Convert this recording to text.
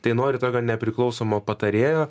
tai nori tokio nepriklausomo patarėjo